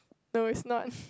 no it's not